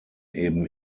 eben